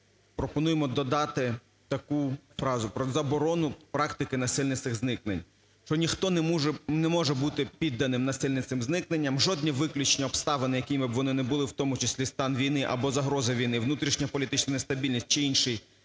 пропонуємо додати таку фразу про заборону практики насильницьких зникнень, що ніхто не може бути підданий насильницьким зникненням, жодні виключні обставини, якими б вони не були, в тому числі стан війни або загрози війни, внутрішньополітична нестабільність чи інший